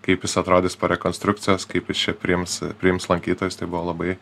kaip jis atrodys po rekonstrukcijos kaip jis čia priims priims lankytojus tai buvo labai